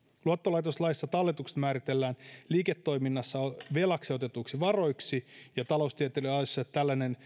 luottolaitoslaissa talletukset määritellään liiketoiminnassa velaksi otetuiksi varoiksi ja taloustieteessä tällainen